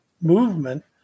movement